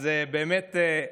אז באמת,